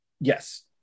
Yes